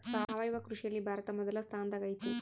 ಸಾವಯವ ಕೃಷಿಯಲ್ಲಿ ಭಾರತ ಮೊದಲ ಸ್ಥಾನದಾಗ್ ಐತಿ